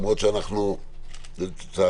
למרות שאנחנו לצערנו,